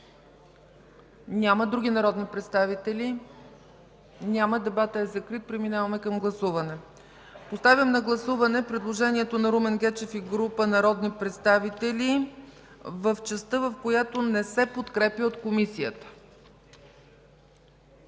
Няма. Други народни представители? Няма. Дебатът е закрит. Поставям на гласуване предложението на Румен Гечев и група народни представители в частта му, в която не се подкрепя от Комисията.